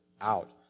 out